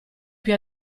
più